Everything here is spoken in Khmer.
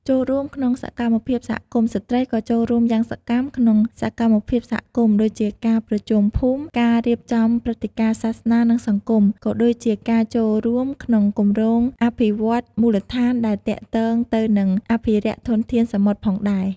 ចូលរួមក្នុងសកម្មភាពសហគមន៍ ស្ត្រីក៏ចូលរួមយ៉ាងសកម្មក្នុងសកម្មភាពសហគមន៍ ដូចជាការប្រជុំភូមិ ការរៀបចំព្រឹត្តិការណ៍សាសនា និងសង្គម ក៏ដូចជាការចូលរួមក្នុងគម្រោងអភិវឌ្ឍន៍មូលដ្ឋានដែលទាក់ទងទៅនឹងការអភិរក្សធនធានសមុទ្រផងដែរ។